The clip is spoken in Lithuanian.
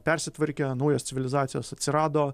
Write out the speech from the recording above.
persitvarkė naujos civilizacijos atsirado